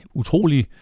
utrolig